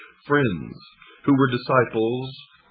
friends who were disciples,